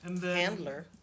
Handler